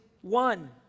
one